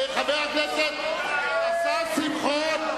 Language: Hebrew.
השר שמחון.